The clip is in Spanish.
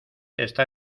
está